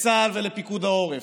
לצה"ל ולפיקוד העורף.